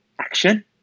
Action